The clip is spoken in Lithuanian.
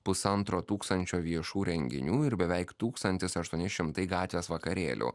pusantro tūkstančio viešų renginių ir beveik tūkstantis aštuoni šimtai gatvės vakarėlių